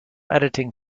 editing